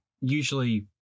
usually